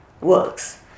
works